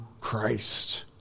Christ